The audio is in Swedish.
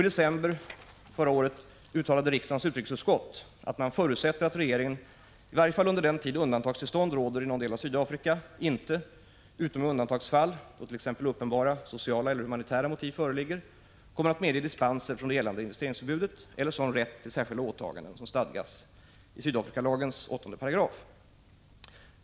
I december förra året uttalade riksdagens utrikesutskott att man ”förutsätter att regeringen i varje fall under den tid undantagstillstånd råder i någon del av Sydafrika, inte — utom i undantagsfall, då t.ex. uppenbara sociala eller humanitära motiv föreligger — kommer att medge dispenser från det gällande investeringsförbudet eller sådan rätt till särskilda åtaganden som stadgas i Sydafrikalagens 8 §”.